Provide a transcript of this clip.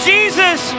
Jesus